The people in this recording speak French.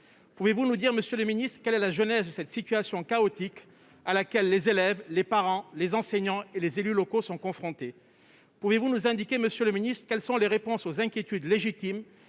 Pouvez-vous nous dire quelle est la genèse de cette situation chaotique, à laquelle les élèves, les parents, les enseignants et les élus locaux sont confrontés ? Pouvez-vous nous indiquer quelles sont les réponses à ces inquiétudes légitimes